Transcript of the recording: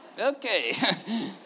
okay